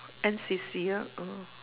N_C_C ah oh